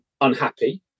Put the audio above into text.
unhappy